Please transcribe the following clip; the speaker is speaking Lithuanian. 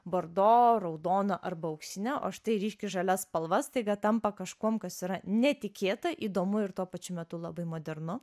bordo raudoną arba auksinę o štai ryškiai žalia spalva staiga tampa kažkuom kas yra netikėta įdomu ir tuo pačiu metu labai modernu